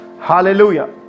hallelujah